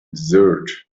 desert